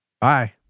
Bye